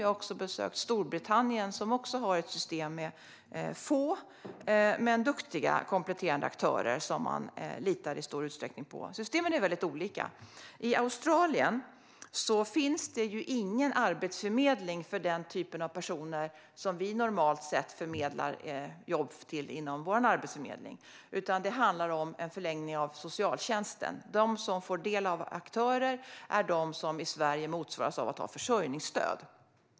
Jag har också besökt Storbritannien, som också har ett system med få men duktiga kompletterande aktörer som man litar på. Systemen är väldigt olika. I Australien finns det ingen arbetsförmedling för den typ av personer som vi normalt förmedlar jobb till i vår arbetsförmedling, utan det handlar om en förlängning av socialtjänsten. De som får del av aktörer motsvaras i Sverige av dem som har försörjningsstöd.